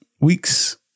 weeks